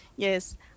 Yes